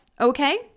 okay